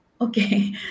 Okay